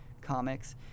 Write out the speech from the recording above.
comics